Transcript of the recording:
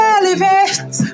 elevate